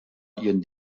ihren